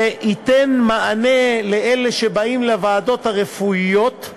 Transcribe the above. זה ייתן מענה לאלה שבאים לוועדות הרפואיות,